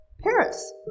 Paris